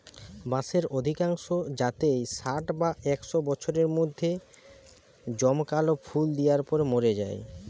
বাঁশের অধিকাংশ জাতই ষাট বা একশ বছরের মধ্যে জমকালো ফুল দিয়ার পর মোরে যায়